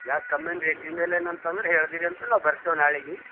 ಯಾವ್ದ್ ಕಮ್ಮಿದ್ ರೇಟಿಂದು ಅಂತಂದ್ರೆ ಹೇಳಿದಿರಿ ಅಂತ ನಾವು ಬರ್ತೇವೆ ನಾಳಿಗೆ